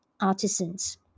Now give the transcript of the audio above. artisans